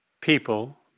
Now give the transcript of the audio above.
people